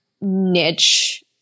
niche